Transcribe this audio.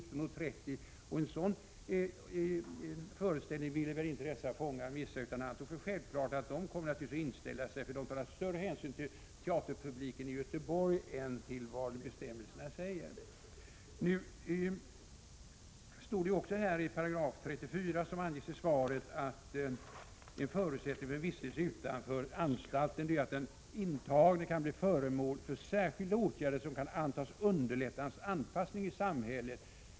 19.30, och en sådan föreställning ville väl inte dessa fångar missa. Kriminalvårdschefen uppfattade det alltså som självklart att de skulle inställa sig, eftersom de naturligtvis skulle ta större hänsyn till teaterpubliken i Göteborg än till vad som står i bestämmelserna. Det står i 34 §, vilket anges i svaret, att en förutsättning för vistelse utanför anstalt är att ”den intagne kan bli föremål för särskilda åtgärder som kan antas underlätta hans anpassning i samhället”.